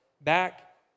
back